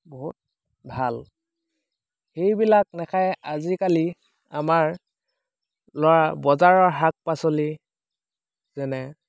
বহুত ভাল সেইবিলাক নাখায় আজিকালি আমাৰ ল'ৰা বজাৰৰ শাক পাচলি যেনে